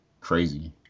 crazy